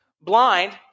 blind